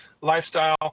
lifestyle